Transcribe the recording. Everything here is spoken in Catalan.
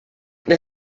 des